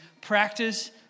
practice